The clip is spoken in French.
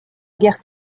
guerre